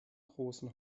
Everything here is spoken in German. großen